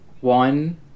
one